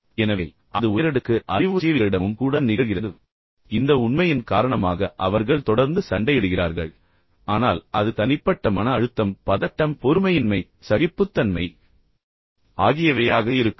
எனவே அது உயரடுக்கு அறிவுஜீவிகளிடமும் கூட நிகழ்கிறது இந்த உண்மையின் காரணமாக அவர்கள் தொடர்ந்து சண்டையிடுகிறார்கள் ஆனால் அது தனிப்பட்ட மன அழுத்தம் பதட்டம் பொறுமையின்மை சகிப்புத்தன்மை ஆகியவையாக இருக்கலாம்